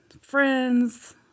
friends